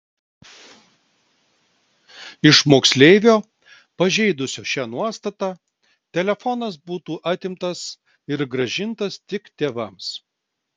iš moksleivio pažeidusio šią nuostatą telefonas būtų atimtas ir grąžintas tik tėvams